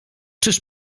czyż